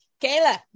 Kayla